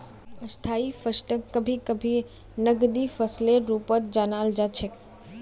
स्थायी फसलक कभी कभी नकदी फसलेर रूपत जानाल जा छेक